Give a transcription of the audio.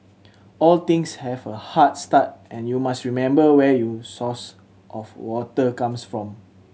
all things have a hard start and you must remember where your source of water comes from